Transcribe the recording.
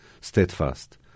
steadfast